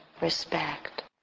respect